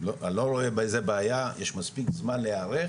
אני לא רואה בזה בעיה, יש מספיק זמן להיערך